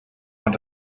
want